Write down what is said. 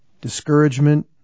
Discouragement